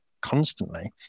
constantly